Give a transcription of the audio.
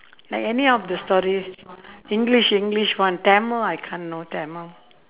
like any of the story english english one tamil I can't no tamil